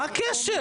מה הקשר?